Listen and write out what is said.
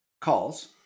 calls